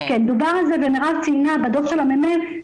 דובר על זה ומירב ציינה בדו"ח של הממ"מ